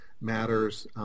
matters